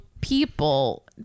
people